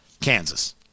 Kansas